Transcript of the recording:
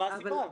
מה הסיבה?